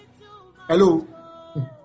Hello